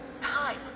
Time